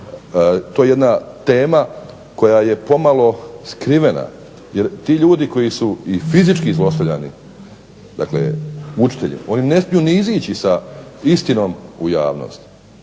je to jedna tema koja je pomalo skrivena. Jer ti ljudi koji su i fizički zlostavljani, dakle učitelji oni ne smiju ni izići sa istinom u javnost.